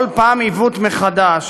כל פעם עיוות מחדש.